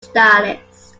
stylist